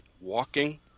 walking